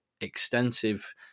extensive